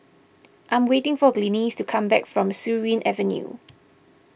I'm waiting for Glynis to come back from Surin Avenue